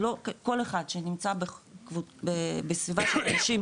כל אחד שנמצא בסביבה של אנשים,